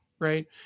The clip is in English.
right